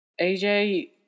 AJ